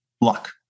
Luck